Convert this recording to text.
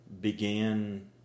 began